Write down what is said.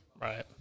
Right